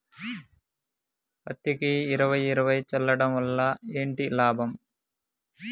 పత్తికి ఇరవై ఇరవై చల్లడం వల్ల ఏంటి లాభం?